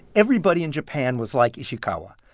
everybody in japan was like ishikawa.